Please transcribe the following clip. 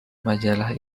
majalah